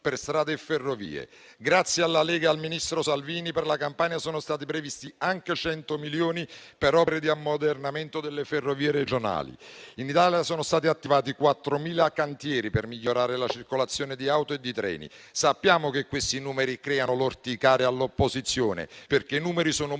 Grazie alla Lega e al ministro Salvini, per la Campania sono stati previsti anche 100 milioni per opere di ammodernamento delle ferrovie regionali. In Italia sono stati attivati 4.000 cantieri per migliorare la circolazione di auto e treni. Sappiamo che questi numeri creano l'orticaria all'opposizione, perché i numeri sono molto